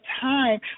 time